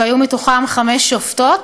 והיו מתוכם חמש שופטות.